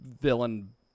villain